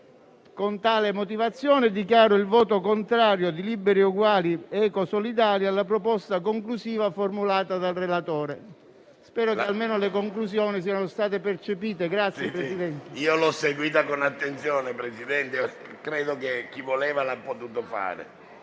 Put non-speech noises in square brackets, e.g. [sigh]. Con tale motivazione dichiaro il voto contrario di Liberi e Uguali-Ecosolidali alla proposta conclusiva formulata dal relatore. Spero che almeno le conclusioni siano state percepite. [applause] PRESIDENTE. Io l'ho seguita con attenzione, Presidente, e credo che chi voleva l'abbia potuto fare.